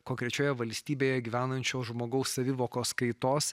konkrečioje valstybėje gyvenančio žmogaus savivokos kaitos